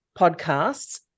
podcasts